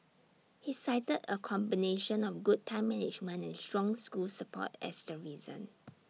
he cited A combination of good time management and strong school support as the reason